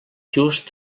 just